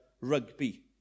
rugby